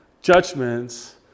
judgments